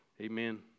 amen